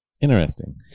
Interesting